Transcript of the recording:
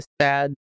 sad